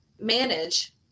manage